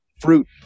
fruit